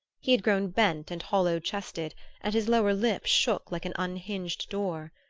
he had grown bent and hollow-chested and his lower lip shook like an unhinged door.